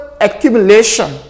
accumulation